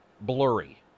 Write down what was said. blurry